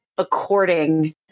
according